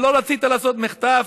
לא רצית לעשות מחטף.